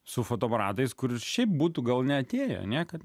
su fotoaparatais kuris šiaip būtų gal neatėjo niekad